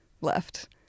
left